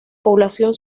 población